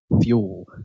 fuel